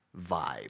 vibe